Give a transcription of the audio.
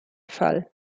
fall